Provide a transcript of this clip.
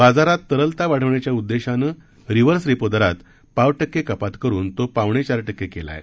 बाजारात तरलता वाढवण्याच्या उददेशानं रिव्हर्स रेपो दरात पाव टक्के कपात करुन तो पावणेचार टक्के केला आहे